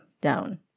down